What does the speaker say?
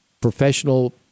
professional